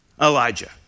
Elijah